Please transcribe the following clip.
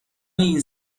این